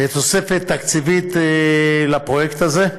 לתוספת תקציבית לפרויקט הזה.